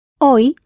Hoy